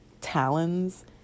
talons